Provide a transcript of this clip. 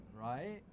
Right